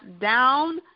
down